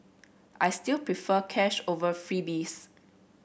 I still prefer cash over freebies